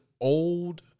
old